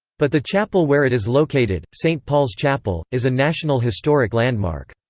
but the chapel where it is located, st. paul's chapel, is a national historic landmark.